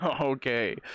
Okay